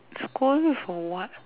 scold you for what